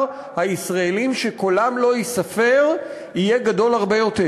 מספר הישראלים שקולם לא ייספר יהיה גדול הרבה יותר.